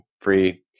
free